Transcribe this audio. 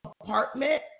apartment